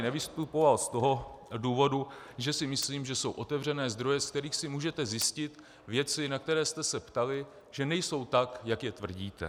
Nevystupoval jsem tady z toho důvodu, že si myslím, že jsou otevřené zdroje, ze kterých si můžete zjistit věci, na které jste se ptali, že nejsou tak, jak je tvrdíte.